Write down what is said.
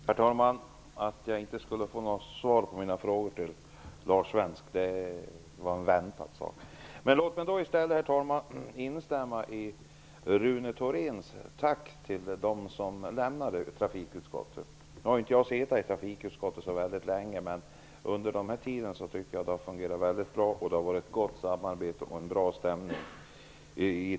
Herr talman! Att jag inte skulle få något svar på mina frågor till Lars Svensk var väntat. Låt mig i stället, herr talman, instämma i Rune Jag har nu inte setat i trafikutskottet så väldigt länge, men jag tycker att det under den här tiden har fungerat mycket bra. Det har i trafikutskottet varit ett gott samarbete och en bra stämning.